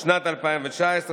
שנת 2019,